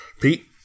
Pete